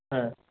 হ্যাঁ